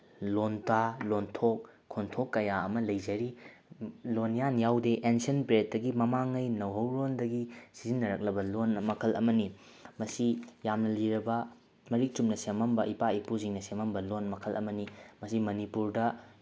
ꯂꯣꯟꯗꯥ ꯂꯣꯟꯊꯣꯛ ꯈꯣꯟꯊꯣꯛ ꯀꯌꯥ ꯑꯃ ꯂꯩꯖꯔꯤ ꯂꯣꯟꯌꯥꯟ ꯌꯥꯎꯗꯦ ꯑꯦꯟꯁꯤꯌꯟ ꯄꯦꯔꯠꯇꯗꯤ ꯃꯃꯥꯡꯉꯩ ꯅꯧꯍꯧꯔꯣꯟꯗꯒꯤ ꯁꯤꯖꯤꯟꯅꯔꯛꯂꯕ ꯂꯣꯜ ꯃꯈꯜ ꯑꯃꯅꯤ ꯃꯁꯤ ꯌꯥꯝꯅ ꯂꯤꯔꯕ ꯃꯔꯤꯛ ꯆꯨꯝꯅ ꯁꯦꯝꯃꯝꯕ ꯏꯄꯥ ꯏꯄꯨꯁꯤꯡꯅ ꯁꯦꯝꯃꯝꯕ ꯂꯣꯟ ꯃꯈꯜ ꯑꯃꯅꯤ ꯃꯁꯤ ꯃꯅꯤꯄꯨꯔꯗ